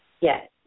Yes